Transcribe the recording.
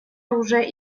оружия